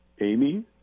Amy